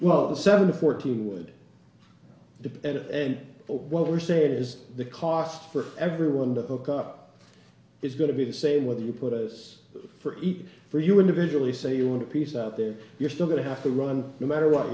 well the seven to fourteen would dependent and what we're saying is the cost for everyone to look up is going to be the same whether you put us for eat or you individually say you want a piece out there you're still going to have to run no matter what